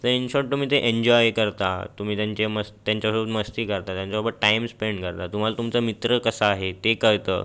in short तुम्ही ते enjoy करता तुम्ही त्यांचे मस त्यांच्यासोबत मस्ती करता त्यांच्यासोबत टाइम स्पेंड करता तुम्हाला तुमचा मित्र कसा आहे ते कळतं